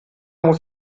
muss